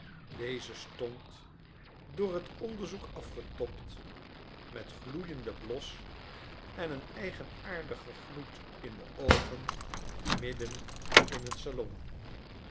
deze stond door het onderzoek afgetobt met gloeienden blos en een eigenaardigen gloed in de oogen midden in het salon